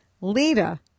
Lita